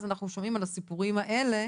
אז אנחנו שומעים על הסיפורים האלה